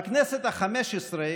בכנסת החמש-עשרה,